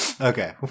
Okay